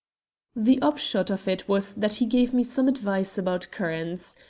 the upshot of it was that he gave me some advice about currants.